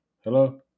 Hello